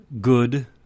good